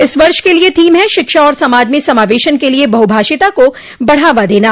इस वर्ष के लिए थीम है शिक्षा और समाज में समावेशन के लिए बहुभाषिता को बढ़ावा देना